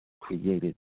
created